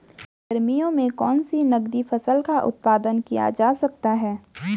गर्मियों में कौन सी नगदी फसल का उत्पादन किया जा सकता है?